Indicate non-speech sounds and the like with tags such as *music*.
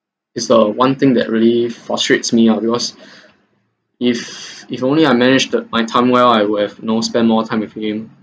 is the one thing that really frustrates me out because *breath* if if only I manage the my time well I will have you know spend more time with him